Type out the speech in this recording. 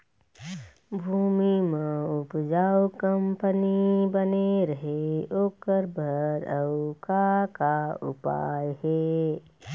भूमि म उपजाऊ कंपनी बने रहे ओकर बर अउ का का उपाय हे?